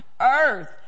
earth